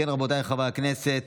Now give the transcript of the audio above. תשעה בעד, אין מתנגדים